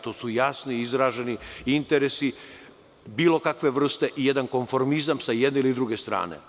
Tu su jasno izraženi interesi bilo kakve vrste i jedan konformizam sa jedne ili druge strane.